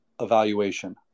evaluation